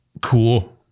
Cool